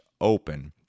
open